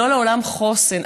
לא לעולם חוסן.